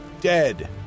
dead